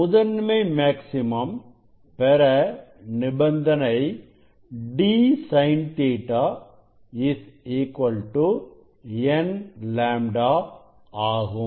முதன்மை மேக்ஸிமம் பெற நிபந்தனை d sin Ɵ n λ ஆகும்